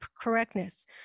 correctness